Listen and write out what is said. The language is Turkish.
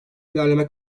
ilerleme